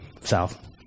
south